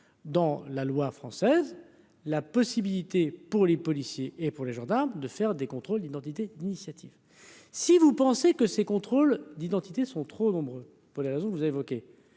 dans la loi française la possibilité pour les policiers et pour les gendarmes de faire des contrôles d'identité, d'initiative, si vous pensez que ces contrôles d'identité sont trop nombreux pour les raisons que vous évoquez,